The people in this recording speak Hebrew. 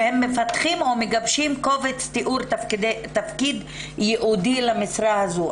שהם מפתחים ומגבשים קובץ תיאור תפקיד ייעודי למשרה הזאת.